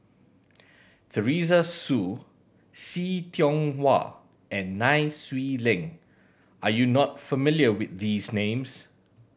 Teresa Hsu See Tiong Wah and Nai Swee Leng are you not familiar with these names